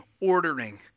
ordering